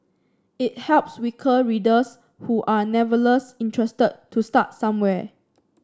it helps weaker readers who are interested to start somewhere